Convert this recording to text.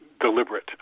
deliberate